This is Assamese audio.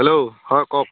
হেল্ল' হয় কওক